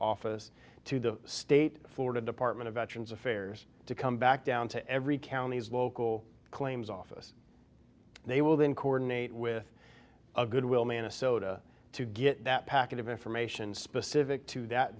office to the state florida department of veterans affairs to come back down to every county's local claims office they will then coordinate with a goodwill minnesota to get that packet of information specific to that